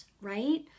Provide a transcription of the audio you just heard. right